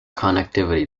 connectivity